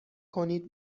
کنید